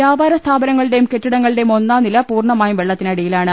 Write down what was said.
വ്യാപാരസ്ഥാപ നങ്ങളുടെയും കെട്ടിടങ്ങളുടെയും ഒന്നാംനില പൂർണമായും വെള്ളത്തിനടിയിലാണ്